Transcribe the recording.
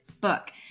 book